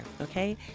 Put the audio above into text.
Okay